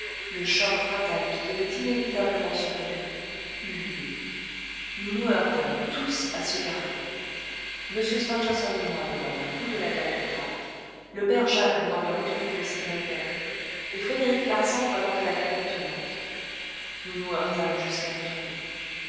le choc fatal qui devait inévitablement se produire eut lieu nous nous heurtâmes tous à ce carrefour m stangerson et moi venant d'un bout de la galerie droite le père jacques venant de l'autre bout de cette même galerie et frédéric larsan venant de la galerie tournante nous nous heurtâmes jusqu'à tomber